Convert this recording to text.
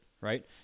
right